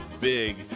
big